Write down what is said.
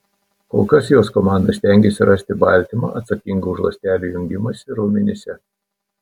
kol kas jos komanda stengiasi rasti baltymą atsakingą už ląstelių jungimąsi raumenyse